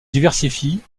diversifie